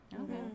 Okay